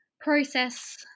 process